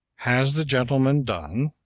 has the gentleman done?